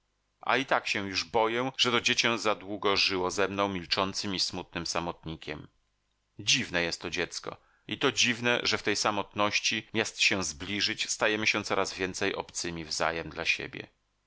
a i tak się już boję że to dziecię za długo żyło ze mną milczącym i smutnym samotnikiem dziwne jest to dziecko i to dziwne że w tej samotności miast się zbliżyć stajemy się coraz więcej obcymi wzajem dla siebie